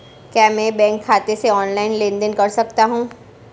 क्या मैं बैंक खाते से ऑनलाइन लेनदेन कर सकता हूं?